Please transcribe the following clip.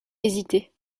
hésiter